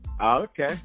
Okay